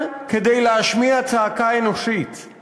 למה לא משקיעים את הכסף הזה בשיקום